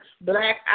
Black